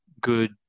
good